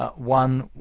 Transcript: ah one,